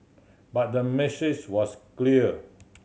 but the message was clear